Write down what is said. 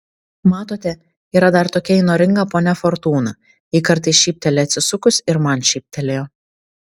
matote yra dar tokia įnoringa ponia fortūna ji kartais šypteli atsisukus ir man šyptelėjo